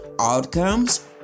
outcomes